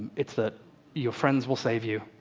it's that your friends will save you.